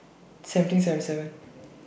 seventeen seven seven